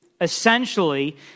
essentially